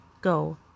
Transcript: Go